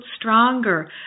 stronger